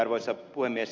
arvoisa puhemies